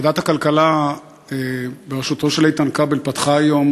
ועדת הכלכלה בראשותו של איתן כבל פתחה היום